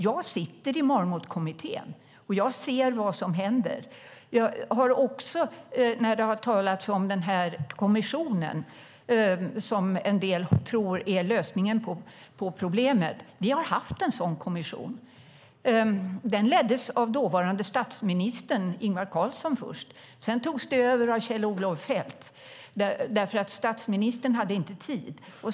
Jag sitter i Marmotkommissionen och ser vad som händer. Det har talats om en kommission, som en del tror är lösningen på problemet. Vi har haft en sådan kommission. Den leddes först av dåvarande statsministern Ingvar Carlsson. Sedan togs den över av Kjell-Olof Feldt, eftersom statsministern inte hade tid.